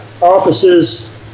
offices